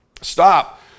stop